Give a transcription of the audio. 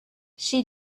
she